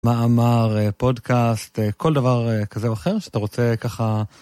מאמר, פודקאסט, כל דבר כזה או אחר שאתה רוצה ככה.